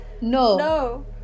No